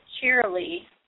cheerily